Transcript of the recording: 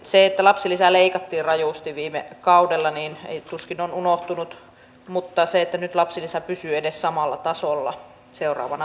se että lapsilisää leikattiin rajusti viime kaudella tuskin on unohtunut mutta nyt lapsilisä pysyy edes samalla tasolla seuraavana vuonna